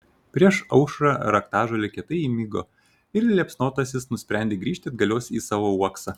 prieš aušrą raktažolė kietai įmigo ir liepsnotasis nusprendė grįžti atgalios į savo uoksą